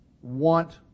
want